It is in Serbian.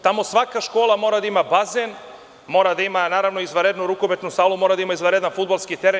Tamo svaka škola mora da ima bazen, mora da ima izvanrednu rukometnu salu, mora da ima izvanrendan fudbalski teren.